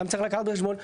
גם צריך לקחת בחשבון,